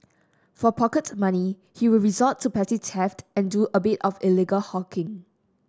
for pocket money he would resort to petty theft and do a bit of illegal hawking